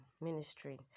ministry